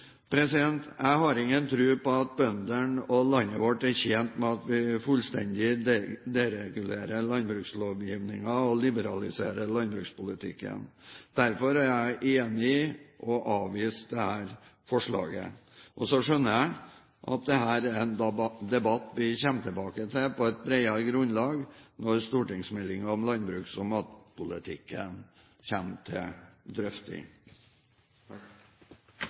Jeg har ingen tro på at bøndene og landet vårt er tjent med at vi fullstendig deregulerer landsbrukslovgivningen og liberaliserer landbrukspolitikken. Derfor er jeg enig i å avvise dette forslaget. Og så skjønner jeg at dette er en debatt vi kommer tilbake til på et bredere grunnlag når stortingsmeldingen om landbruks- og matpolitikken kommer til